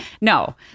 no